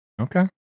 Okay